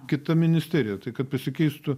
kita ministerija tai kad pasikeistų